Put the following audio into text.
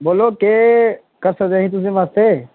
बोल्लो केह् कसर रेही तुंदे बास्तै